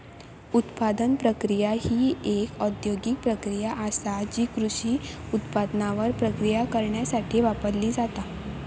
उत्पादन प्रक्रिया ही एक औद्योगिक प्रक्रिया आसा जी कृषी उत्पादनांवर प्रक्रिया करण्यासाठी वापरली जाता